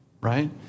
Right